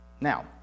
Now